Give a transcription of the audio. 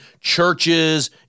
churches